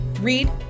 Read